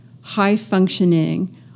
high-functioning